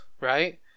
right